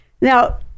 Now